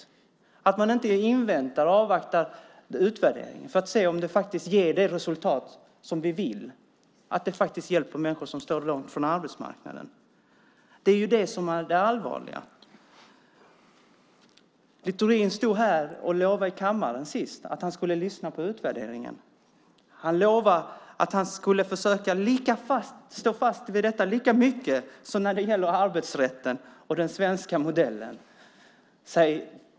Det blir väldigt märkligt när man inte inväntar och avvaktar utvärderingen för att se om det faktiskt blir önskat resultat: att människor hjälps som står långt bort från arbetsmarknaden. Det är detta som är det allvarliga. Littorin stod förra gången här i kammaren och lovade att han skulle lyssna till utvärderingen. Han lovade att han skulle försöka stå fast vid detta lika mycket som beträffande arbetsrätten och den svenska modellen.